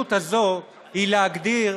וההזדמנות הזאת היא להגדיר